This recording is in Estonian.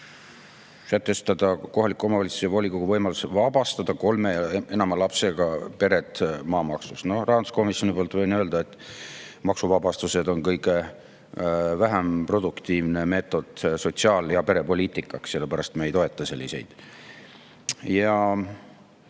sätestada kohaliku omavalitsuse volikogu võimalus vabastada kolme ja enama lapsega pered maamaksust. Rahanduskomisjoni poolt võin öelda, et maksuvabastused on kõige vähem produktiivne meetod sotsiaal- ja perepoliitikaks, sellepärast me ei toeta neid.